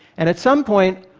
and at some point,